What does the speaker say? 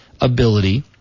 ability